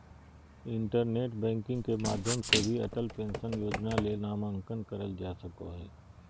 internet banking के माध्यम से भी अटल पेंशन योजना ले नामंकन करल का सको हय